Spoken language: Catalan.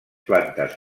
plantes